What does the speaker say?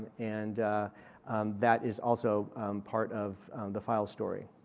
and that is also part of the file storing.